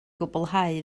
gwblhau